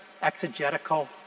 exegetical